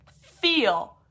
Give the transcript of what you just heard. feel